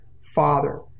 father